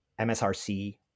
MSRC